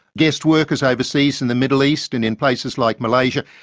guest workers overseas in the middle east and in places like malaysia,